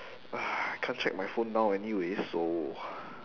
ah can't check my phone now anyway so